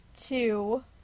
two